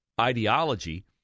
ideology